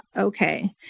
okay.